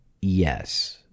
Yes